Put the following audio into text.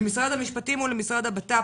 למשרד המשפטים ולמשרד הבט"פ,